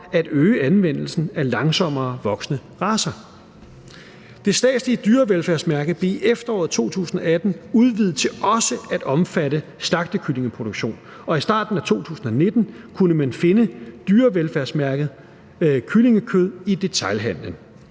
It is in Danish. at øge anvendelsen af langsommerevoksende racer. Det statslige dyrevelfærdsmærke blev i efteråret 2018 udvidet til også at omfatte slagtekyllingeproduktion, og i starten af 2019 kunne man finde dyrevelfærdsmærket kyllingekød i detailhandelen.